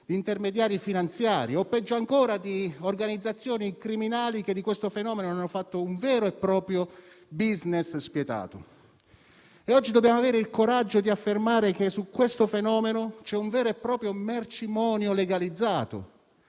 intermediari finanziari o, peggio ancora, organizzazioni criminali che di questo fenomeno hanno fatto un vero e proprio business spietato. Oggi dobbiamo avere il coraggio di affermare che su questo fenomeno c’è un vero e proprio mercimonio legalizzato,